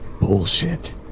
Bullshit